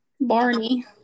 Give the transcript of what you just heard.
Barney